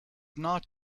not